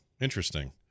interesting